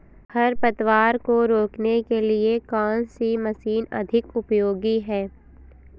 खरपतवार को रोकने के लिए कौन सी मशीन अधिक उपयोगी है?